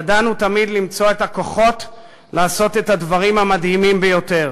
ידענו תמיד למצוא את הכוחות לעשות את הדברים המדהימים ביותר.